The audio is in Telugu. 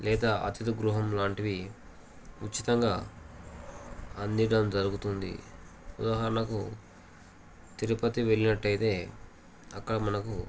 లేదా అతిథి గృహం లాంటివి ఉచితంగా అందిడం జరుగుతుంది ఉదాహరణకు తిరుపతి వెళ్ళినట్టయితే అక్కడ మనకు